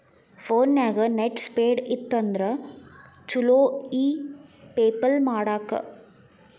ಫೋನ್ಯಾಗ net speed ಇತ್ತಂದ್ರ ಚುಲೊ ಇ ಪೆಪಲ್ ಮಾಡಾಕ